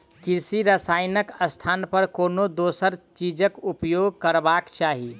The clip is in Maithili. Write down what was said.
कृषि रसायनक स्थान पर कोनो दोसर चीजक उपयोग करबाक चाही